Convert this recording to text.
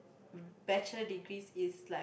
r~ Bachelor degrees is like